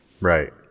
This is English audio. Right